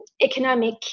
economic